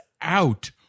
out